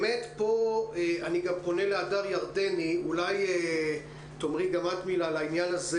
אני פונה להדר ירדני, אולי תאמרי על העניין הזה.